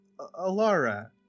Alara